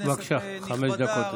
כנסת נכבדה,